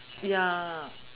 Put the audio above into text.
ya